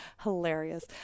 Hilarious